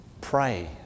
Pray